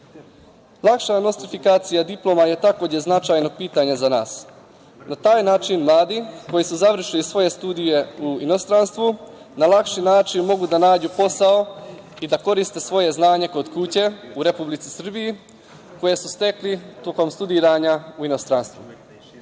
nostrifikacija diploma je takođe značajno pitanje za nas. Na taj način mladi koji su završili svoje studije u inostranstvu na lakši način mogu da nađu posao i da koriste svoje znanje kod kuće u Republici Srbiji, koje su stekli tokom studiranja u inostranstvu. Poštovani